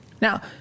Now